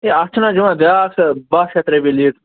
ہے اَتھ چھُنہٕ حظ یِوان بیٛاکھ سۅ باہ شَتھ رۄپیہِ لیٖٹر